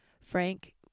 frank